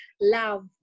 love